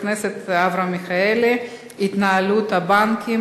עברה בקריאה ראשונה וחוזרת לדיון בוועדת הכלכלה.